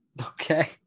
Okay